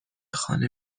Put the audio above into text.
خانه